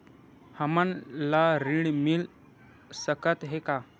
हमन ला ऋण मिल सकत हे का?